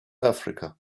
africa